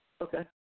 Okay